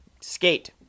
skate